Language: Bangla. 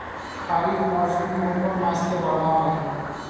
খারিফ মরশুম কোন কোন মাসকে বলা হয়?